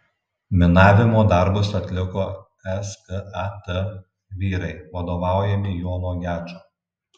minavimo darbus atliko skat vyrai vadovaujami jono gečo